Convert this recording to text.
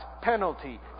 penalty